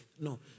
No